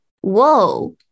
whoa